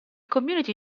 community